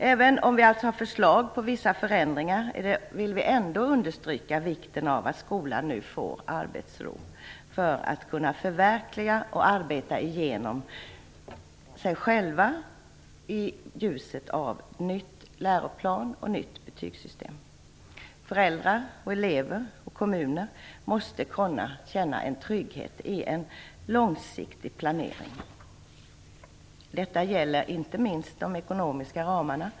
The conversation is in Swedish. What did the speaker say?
Även om vi har förslag till vissa förändringar vill vi understryka vikten av att skolan nu får arbetsro för att kunna förverkliga och arbeta igenom sig själv i ljuset av ny läroplan och nytt betygssystem. Föräldrar, elever och kommuner måste kunna känna trygghet i en långsiktig planering. Detta gäller inte minst de ekonomiska ramarna.